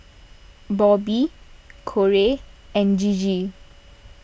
Bobby Korey and Gigi